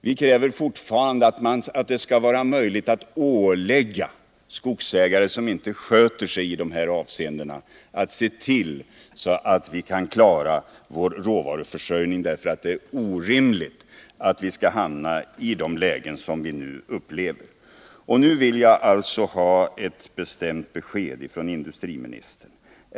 Vi kräver fortfarande att det skall vara möjligt att ålägga skogsägare som inte sköter sig i dessa avseenden att se till att vi kan klara vår råvaruförsörjning. Det är orimligt att vi skall hamna i det läge som vi nu upplever. Jag vill alltså ha ett bestämt besked från industriministern.